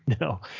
no